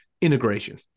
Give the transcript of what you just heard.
integration